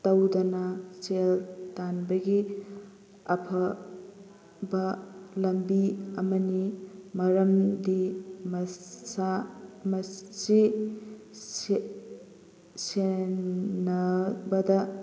ꯇꯧꯗꯅ ꯁꯦꯜ ꯇꯥꯟꯕꯒꯤ ꯑꯐꯕ ꯂꯝꯕꯤ ꯑꯃꯅꯤ ꯃꯔꯝꯗꯤ ꯃꯁꯥ ꯃꯁꯤ ꯁꯦꯟꯅꯕꯗ